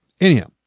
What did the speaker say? Anyhow